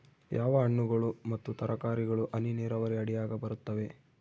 ಯಾವ ಹಣ್ಣುಗಳು ಮತ್ತು ತರಕಾರಿಗಳು ಹನಿ ನೇರಾವರಿ ಅಡಿಯಾಗ ಬರುತ್ತವೆ?